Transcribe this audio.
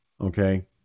Okay